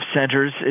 centers